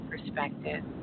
perspective